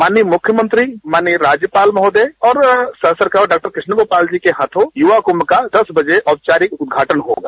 माननीय मुख्यमंत्री माननीय राज्यपाल महोदय और डॉ कृष्ण गोपाल जी के हाथों युवा कुंभ का दस बजे औपचारिक उद्घाटन होगा